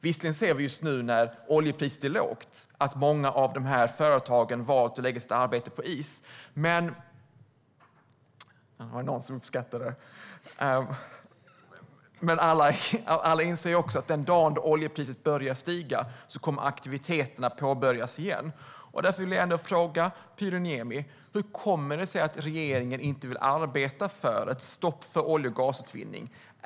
Visserligen ser vi nu när oljepriset är lågt att många av företagen har valt att lägga arbetet på is - jag hörde att någon uppskattade ordvitsen - men alla inser att aktiviteterna kommer att påbörjas igen den dagen oljepriset börjar stiga. Därför vill jag fråga Pyry Niemi: Hur kommer det sig att regeringen inte vill arbeta för ett stopp för olje och gasutvinning?